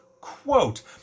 Quote